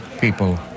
people